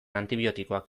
antibiotikoak